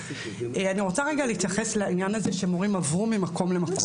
אני רוצה רגע להתייחס לעניין הזה שמורים עברו ממקום למקום.